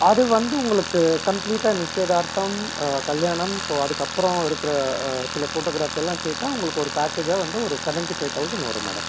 அது வந்து உங்களுக்கு கம்ப்ளீட்டாக நிச்சயதார்த்தம் ம் கல்யாணம் ஸோ அதுக்கப்புறோம் எடுக்கிற சில போட்டோகிராஃப்யெல்லாம் சேர்த்தா உங்களுக்கு ஒரு பேக்கேஜாக வந்து ஒரு சவன்ட்டி ஃபை தௌசண்ட் வரும் மேடம்